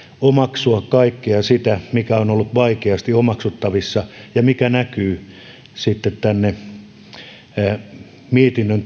omaksua kaikkea sitä mikä on ollut vaikeasti omaksuttavissa ja mikä näkyy sitten mietinnön